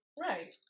right